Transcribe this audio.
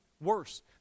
worse